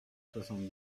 soixante